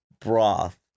broth